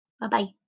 Bye-bye